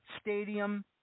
Stadium